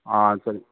சரி